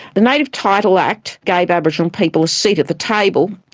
the native title act gave aboriginal people a seat at the table,